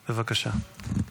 בבקשה.